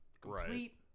complete